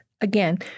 again